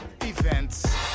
events